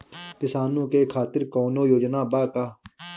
किसानों के खातिर कौनो योजना बा का?